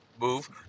move